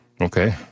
Okay